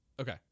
Okay